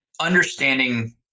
understanding